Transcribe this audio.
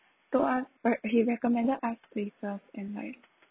told us like he recommended us later and like